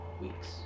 weeks